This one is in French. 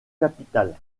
capitales